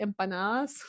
empanadas